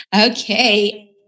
okay